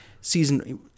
season